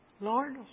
Lord